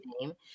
name